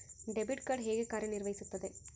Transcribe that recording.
Debit card ಹೇಗೆ ಕಾರ್ಯನಿರ್ವಹಿಸುತ್ತದೆ?